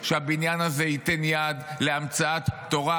שהבניין הזה ייתן יד להמצאת תורה